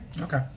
Okay